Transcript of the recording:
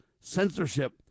censorship